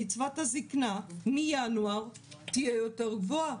קצבת הזקנה מינואר תהיה יותר גבוהה,